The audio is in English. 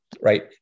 right